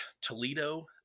Toledo